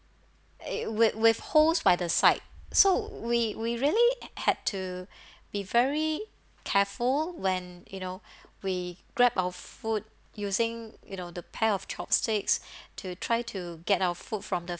uh it with with holes by the side so we we really had had to be very careful when you know we grab our food using you know the pair of chopsticks to try to get our food from the